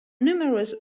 numerous